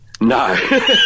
No